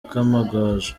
kamagaju